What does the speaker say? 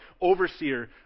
Overseer